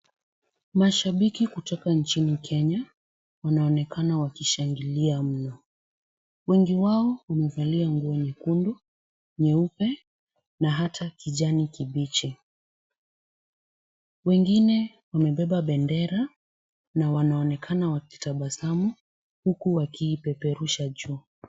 Mashabiki kutoka nchini Kenya wanaonekana wakishangilia mno. Wengi wao wamevalia nguo nyekundu, nyeupe na hata kijani kibichi. Wengine wamebeba bendera, na wanaonekana wakitabasamu, huku wakiipeperusha juu.